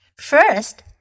First